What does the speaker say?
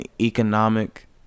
economic